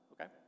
okay